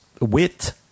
wit